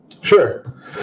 Sure